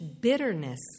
bitterness